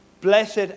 blessed